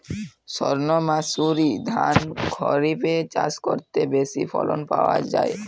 সর্ণমাসুরি ধান খরিপে চাষ করলে বেশি ফলন পাওয়া যায়?